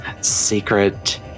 secret